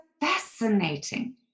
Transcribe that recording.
fascinating